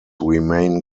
remain